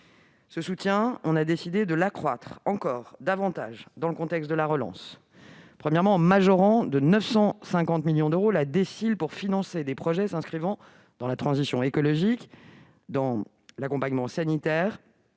Ce soutien, nous avons décidé de l'accroître encore dans le contexte de la relance, premièrement en majorant de 950 millions d'euros la DSIL pour financer des projets s'inscrivant dans la transition écologique, l'accompagnement sanitaire